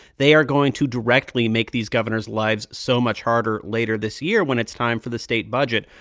they are going to directly make these governors' lives so much harder later this year when it's time for the state budget.